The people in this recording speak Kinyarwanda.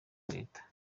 leta